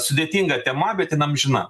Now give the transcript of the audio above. sudėtinga tema bet jin amžina